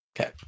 Okay